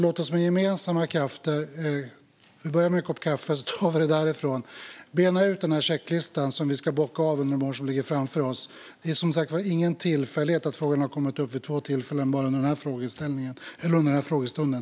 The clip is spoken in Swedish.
Låt oss med gemensamma krafter - vi börjar med en kopp kaffe och tar det därifrån - bena ut checklistan som vi ska bocka av under de år som ligger framför oss. Det är som sagt ingen tillfällighet att frågan har kommit upp två gånger bara under den här frågestunden.